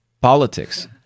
Politics